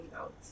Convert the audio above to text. out